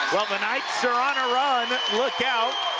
well, the knights are on a run. look out.